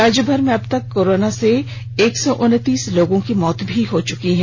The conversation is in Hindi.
राज्यभर में अबतक कोरोना सं एक सौ उनतीस लोगों की मौत हो चुकी है